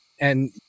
and-